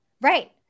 Right